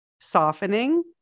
softening